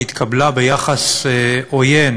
היא התקבלה ביחס עוין